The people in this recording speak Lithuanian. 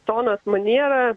tonas maniera